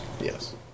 Yes